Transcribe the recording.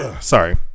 sorry